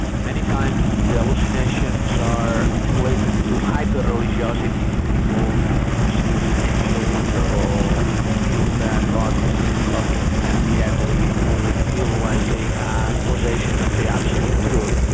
many times the hallucinations are related to hyper-religiosity, and people see angels or they feel that god is talking to them directly or they feel like they have possession of the absolute truth.